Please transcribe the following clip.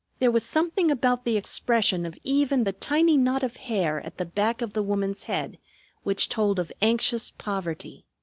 there was something about the expression of even the tiny knot of hair at the back of the woman's head which told of anxious poverty.